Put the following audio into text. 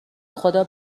خدا